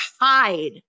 hide